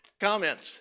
Comments